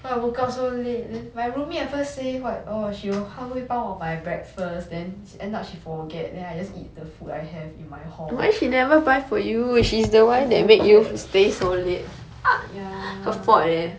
cause I woke up so late my roomie at first say what orh she 他会帮我买 breakfast then end up she forget then I just eat the food I have in my hall she forget ya